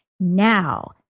Now